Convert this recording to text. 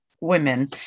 women